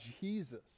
jesus